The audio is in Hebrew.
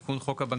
סעיף קטן (ג)